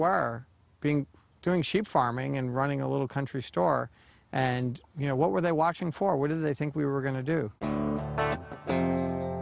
were being doing sheep farming and running a little country store and you know what were they watching for what do they think we were going to do